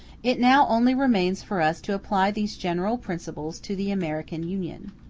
it now only remains for us to apply these general principles to the american union.